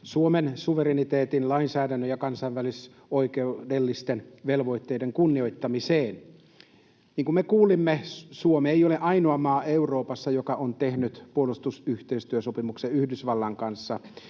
Suomen suvereniteetin, lainsäädännön ja kansainvälisoikeudellisten velvoitteiden kunnioittamiseen. Niin kuin me kuulimme, Suomi ei ole Euroopassa ainoa maa, joka on tehnyt puolustusyhteistyösopimuksen Yhdysvaltojen kanssa,